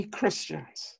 Christians